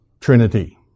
Trinity